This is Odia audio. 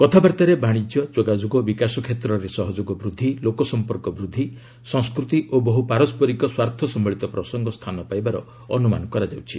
କଥାବାର୍ତ୍ତାରେ ବାଣିଜ୍ୟ ଯୋଗାଯୋଗ ବିକାଶ କ୍ଷେତ୍ରରେ ସହଯୋଗ ବୃଦ୍ଧି ଲୋକସଂପର୍କ ବୃଦ୍ଧି ସଂସ୍କୃତି ଓ ବହୁ ପାରସରିକ ସ୍ୱାର୍ଥସମ୍ଭଳିତ ପ୍ରସଙ୍ଗ ସ୍ଥାନ ପାଇବାର ଅନୁମାନ କରାଯାଉଛି